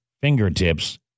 fingertips